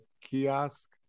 kiosk